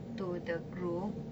to the group